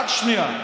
רק שנייה.